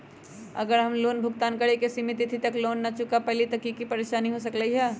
अगर हम लोन भुगतान करे के सिमित तिथि तक लोन न चुका पईली त की की परेशानी हो सकलई ह?